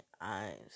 eyes